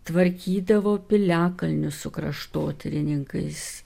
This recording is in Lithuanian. tvarkydavo piliakalnius su kraštotyrininkais